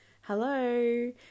Hello